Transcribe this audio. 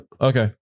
Okay